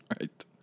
Right